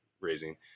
raising